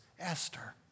Esther